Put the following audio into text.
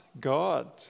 God